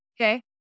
Okay